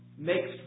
makes